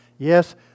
Yes